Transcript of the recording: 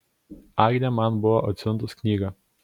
agnė man buvo atsiuntus knygą